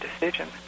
decision